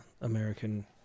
American